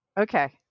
Okay